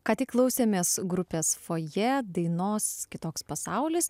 ką tik klausėmės grupės fojė dainos kitoks pasaulis